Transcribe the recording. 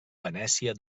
venècia